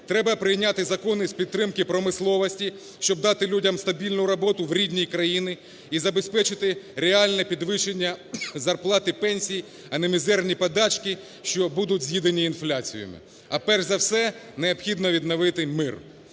Треба прийняти закони з підтримки промисловості, щоб дати людям стабільну роботу в рідній країні і забезпечити реальне підвищення зарплат і пенсій, а не мізерні подачки, що будуть з'їдені інфляціями. А перш за все необхідно відновити мир.